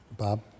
Bob